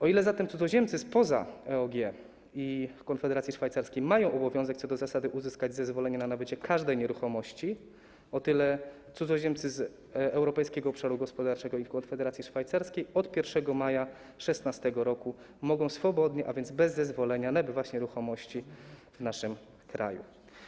O ile zatem cudzoziemcy spoza EOG i Konfederacji Szwajcarskiej mają obowiązek co do zasady uzyskać zezwolenie na nabycie każdej nieruchomości, o tyle cudzoziemcy z Europejskiego Obszaru Gospodarczego i Konfederacji Szwajcarskiej od 1 maja 2016 r. mogą swobodnie, a więc bez zezwolenia, nabywać nieruchomości w naszym kraju.